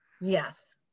Yes